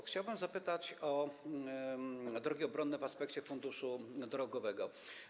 Chciałbym zapytać o drogi obronne w aspekcie funduszu drogowego.